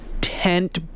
tent